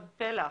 לעוד פלח.